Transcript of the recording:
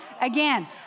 again